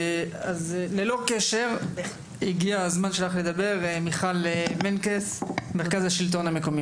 ללא קשר, מיכל מנקס, מרכז השלטון המקומי.